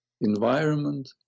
environment